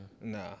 nah